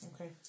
Okay